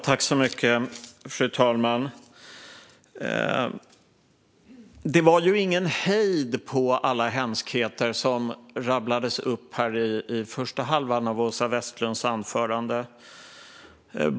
Fru talman! Det var ingen hejd på alla hemskheter som rabblades upp i den första halvan av Åsa Westlunds anförande.